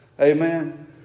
Amen